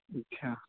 اچھا